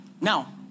Now